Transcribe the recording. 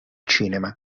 cinema